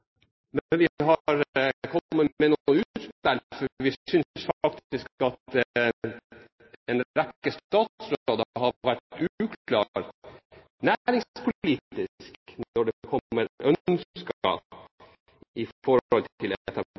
vi har kommet med noen utspill, for vi synes at en rekke statsråder har vært uklare næringspolitisk når det kommer ønsker i forhold til